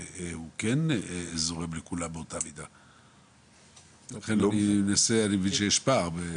הוא כן זורם לכולם באותה מידה, אני מבין שיש פער.